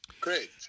Great